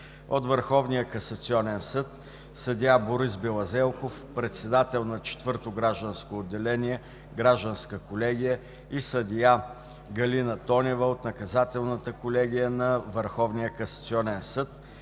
от Върховния касационен съд – съдия Борислав Белазелков, председател на Четвърто гражданско отделение, Гражданска колегия, и съдия Галина Тонева от Наказателната колегия на Върховния касационен съд;